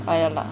oh yeah lah